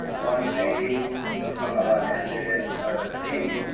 one a and then d.